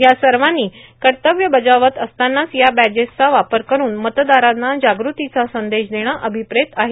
या सवानी कतव्य बर्जाावत असतांनाच या बॅजेसचा वापर करून मतदारांना जागृतीचा संदेश देणं अर्भभप्रेत आहे